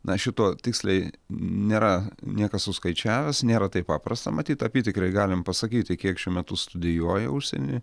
na šito tiksliai nėra niekas suskaičiavęs nėra taip paprasta matyt apytikriai galim pasakyti kiek šiuo metu studijuoja užsieny